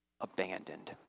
abandoned